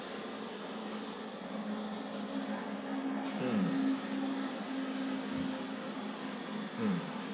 mm mm